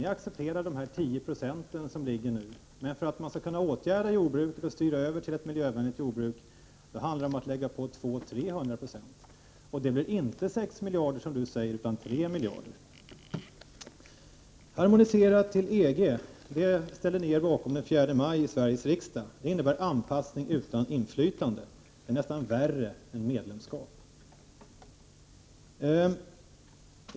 Ni accepterar 10 26, som är den aktuella siffran, men för att man skall kunna styra över till ett miljövänligt jordbruk handlar det om att lägga på 200-300 96, och det blir inte 6 miljarder kronor, som Görel Thurdin säger, utan 3 miljarder kronor. Den 4 maj ställde ni er i Sveriges riksdag bakom harmonisering till EG. Det innebär anpassning utan inflytande. Det är nästan värre än medlemskap!